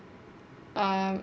um